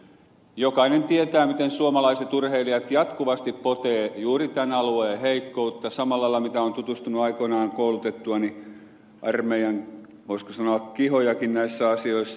jokainen tietää miten suomalaiset urheilijat jatkuvasti potevat juuri tämän alueen heikkoutta samalla lailla kuin olen tutustunut aikoinaan asiaan koulutettuani armeijan voisiko sanoa kihojakin näissä asioissa